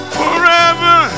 forever